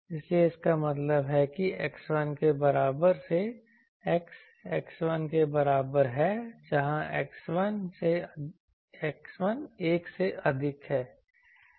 इसलिए इसका मतलब है कि x 1 के बराबर से x x1 के बराबर है जहाँ X1 1 से अधिक है